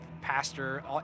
pastor